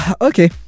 okay